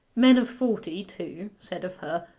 men of forty, too, said of her,